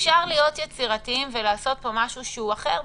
אפשר להיות יצירתיים ולעשות פה משהו אחר.